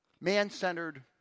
Man-centered